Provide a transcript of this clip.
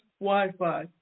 Wi-Fi